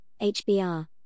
HBr